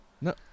No